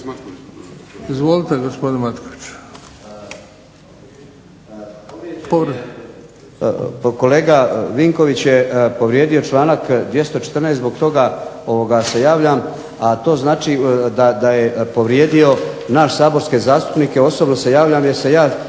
Izvolite gospodin Matković.